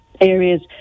areas